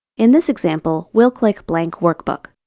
in this example, we'll click blank workbook.